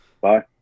Bye